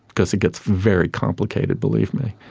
because it gets very complicated, believe me.